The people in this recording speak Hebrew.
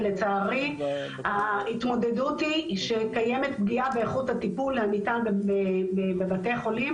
לצערי ההתמודדות היא שקיימת פגיעה באיכות הטיפול הניתן בבתי החולים